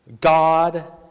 God